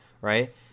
right